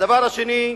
דבר שני,